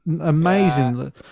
amazing